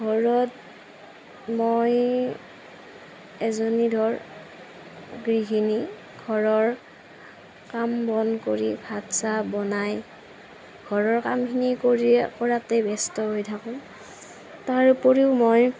ঘৰত মই এজনী ধৰ গৃহিনী ঘৰৰ কাম বন কৰি ভাত চাহ বনাই ঘৰৰ কামখিনি কৰিয়ে কৰাতে ব্যস্ত হৈ থাকোঁ তাৰোপৰিও মই